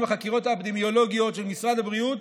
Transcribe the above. החקירות האפידמיולוגיות של משרד הבריאות